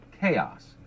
chaos